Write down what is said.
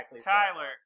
Tyler